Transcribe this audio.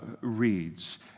reads